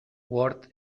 word